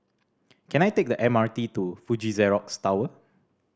can I take the M R T to Fuji Xerox Tower